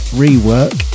rework